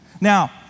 Now